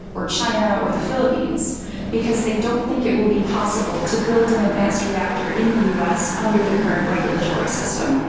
or china, or the philippines because they don't think it will be possible to build an advanced reactor in the u s. under the current regulatory system.